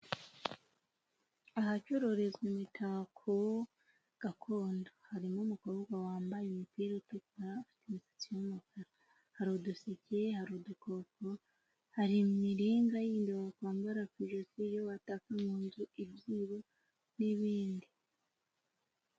Ahacururizwa imitako gakondo, harimo umukobwa wambaye imipira itukura, afite umusatsi w'umukara, hari uduseke, hari udukoko, hari imiringa y'indi wakwambara ku ijosi, iyo wataka mu nzu, ibyibo n'ibindi.